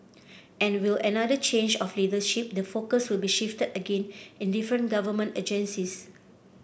and will another change of leadership the focus will be shifted again in different government agencies